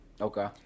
Okay